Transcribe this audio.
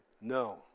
No